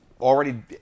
already